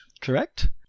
correct